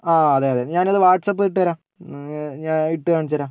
ആ അതെ അതെ ഞാനത് വാട്സാപ്പ് ഇട്ടുതരാം ഞാൻ ഇട്ടു കാണിച്ചുതരാം